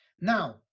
Now